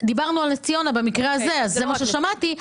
דיברנו על נס-ציונה במקרה הזה, וזה מה ששמעתי.